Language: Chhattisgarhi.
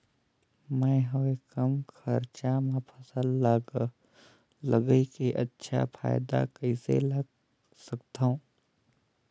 मैं हवे कम खरचा मा फसल ला लगई के अच्छा फायदा कइसे ला सकथव?